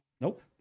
nope